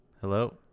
Hello